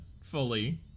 Fully